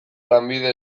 lanbide